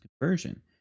conversion